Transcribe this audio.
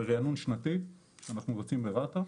ורענון שנתי שאנחנו מבצעים ברת"א.